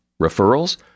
Referrals